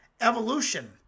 Evolution